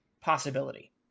possibility